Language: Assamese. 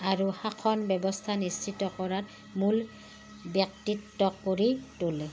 আৰু শাসন ব্যৱস্থা নিশ্চিত কৰাৰ মূল ব্যক্তিত্ব কৰি তোলে